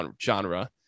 genre